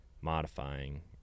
modifying